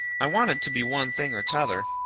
i wanted to be one thing or t'other.